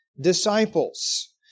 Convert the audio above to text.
disciples